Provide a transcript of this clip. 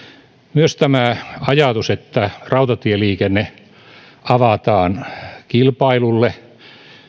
myös tämä ajatus että rautatieliikenne avataan kilpailulle